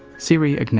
serial